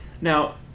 Now